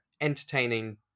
entertaining